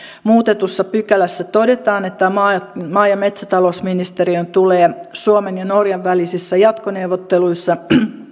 muutetussa pykälässä todetaan että maa maa ja metsätalousministeriön tulee suomen ja norjan välisissä jatkoneuvotteluissa